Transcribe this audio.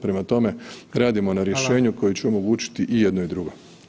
Prema tome, radimo na rješenju [[Upadica predsjednik: Hvala.]] koje će omogućiti i jedno i drugo.